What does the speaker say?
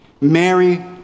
Mary